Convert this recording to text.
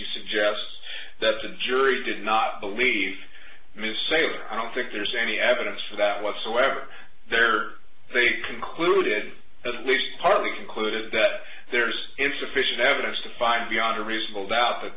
she suggests that the jury did not believe ms say it i don't think there's any evidence for that whatsoever there are they concluded at least partly concluded that there's insufficient evidence to find beyond a reasonable doubt that